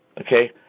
Okay